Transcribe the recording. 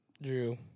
Drew